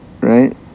right